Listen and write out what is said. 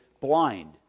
blind